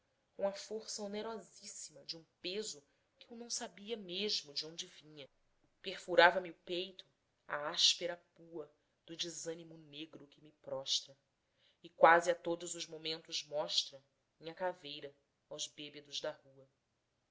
a força onerosíssima de um peso que eu não sabia mesmo de onde vinha perfurava me o peito a áspera pua do desânimo negro que me prostra e quase a todos os momentos mostra minha caveira aos bêbedos da rua